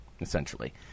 essentially